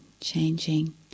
changing